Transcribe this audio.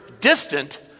distant